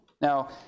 Now